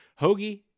hoagie